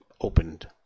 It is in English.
opened